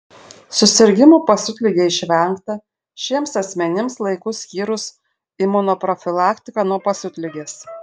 susirgimų pasiutlige išvengta šiems asmenims laiku skyrus imunoprofilaktiką nuo pasiutligės